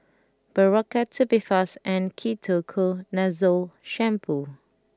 Berocca Tubifast and Ketoconazole Shampoo